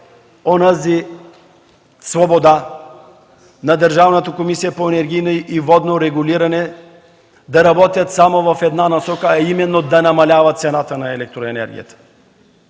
онази свобода на Държавната комисия по енергийно и водно регулиране да работят само в една насока, а именно да намаляват цената на електроенергията.